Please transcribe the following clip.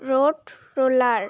road roller